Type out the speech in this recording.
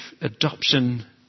adoption